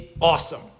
awesome